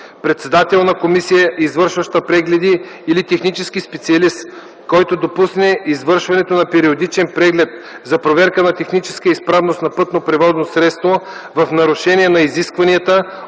председател на комисия, извършваща прегледи, или технически специалист, който допусне извършването на периодичен преглед за проверка на техническата изправност на пътно превозно средство в нарушение на изискванията,